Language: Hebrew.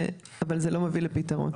אבל זה לא מביא לפתרון.